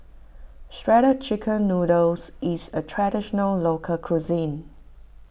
Shredded Chicken Noodles is a Traditional Local Cuisine